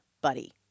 buddy